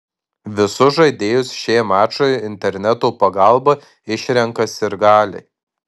visus žaidėjus šiam mačui interneto pagalba išrenka sirgaliai